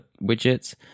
widgets